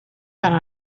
tant